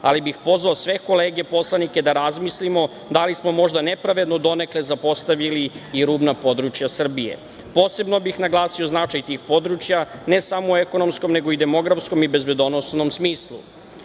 ali bih pozvao sve kolege poslanike da razmislimo da li smo možda nepravedno donekle zapostavili i rudna područja Srbije. Posebno bih naglasio značaj tih područja ne samo u ekonomskom nego i u demokratskom i bezbednosnom smislu.U